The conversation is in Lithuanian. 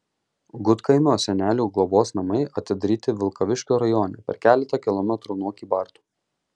gudkaimio senelių globos namai atidaryti vilkaviškio rajone per keletą kilometrų nuo kybartų